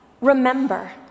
remember